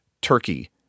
turkey